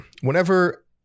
whenever